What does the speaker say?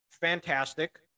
fantastic